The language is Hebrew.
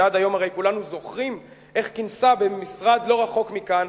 הרי כולנו זוכרים עד היום איך היא כינסה במשרד לא רחוק מכאן,